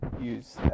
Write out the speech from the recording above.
use